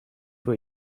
were